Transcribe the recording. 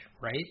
right